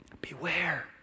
Beware